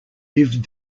lived